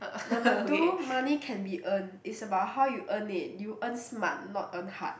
number two money can be earned is about how you earn it you earn smart not earn hard